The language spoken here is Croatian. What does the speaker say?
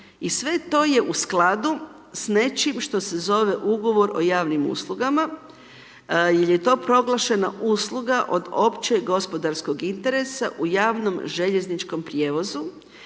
I sve to je u skladu s nečim što se zove ugovor o javnim uslugama jer je to proglašena usluga općeg gospodarskog interesa u javnom željezničkom prijevozu